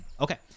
Okay